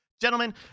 Gentlemen